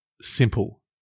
simple